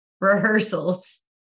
rehearsals